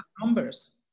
numbers